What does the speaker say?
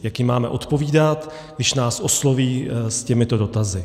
Jak jim máme odpovídat, když nás osloví s těmito dotazy?